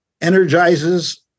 energizes